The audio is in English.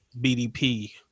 BDP